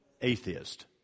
atheist